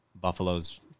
Buffalo's